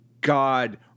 God